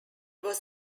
was